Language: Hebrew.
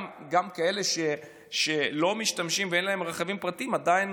גם כאלה שלא משתמשים ואין להם רכבים פרטיים, עדיין